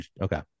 okay